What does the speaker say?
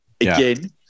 again